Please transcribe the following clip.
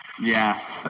yes